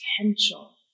potential